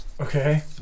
Okay